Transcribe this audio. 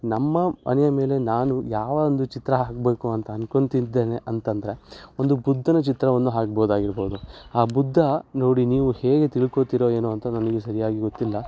ನಮ್ಮ ಮನೆಯ ಮೇಲೆ ನಾನು ಯಾವ ಒಂದು ಚಿತ್ರ ಹಾಕಬೇಕು ಅಂತ ಅಂದ್ಕೊಂತಿದ್ದೇನೆ ಅಂತಂದರೆ ಒಂದು ಬುದ್ಧನ ಚಿತ್ರವನ್ನು ಹಾಕ್ಬೋದಾಗಿರ್ಬೋದು ಆ ಬುದ್ಧ ನೋಡಿ ನೀವು ಹೇಗೆ ತಿಳ್ಕೋತೀರೋ ಏನೋ ಅಂತ ನನಗೆ ಸರಿಯಾಗಿ ಗೊತ್ತಿಲ್ಲ